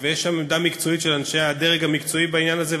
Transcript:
יש שם עמדה מקצועית של אנשי הדרג המקצועי בעניין הזה,